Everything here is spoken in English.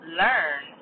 learn